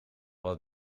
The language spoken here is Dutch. wat